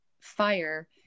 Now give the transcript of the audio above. fire